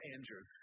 Andrew